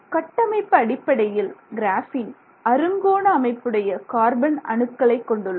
கட்டமைப்பு அடிப்படையில் கிராஃபீன் அறுங்கோண அமைப்புடைய கார்பன் அணுக்களை கொண்டுள்ளது